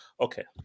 Okay